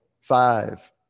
five